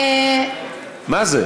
מה זה?